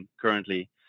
currently